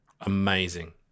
Amazing